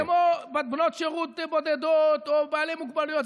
כמו בנות שירות בודדות או בעלי מוגבלויות,